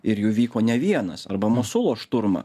ir jų vyko ne vienas arba mosolo šturmą